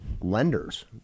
lenders